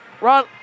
Ron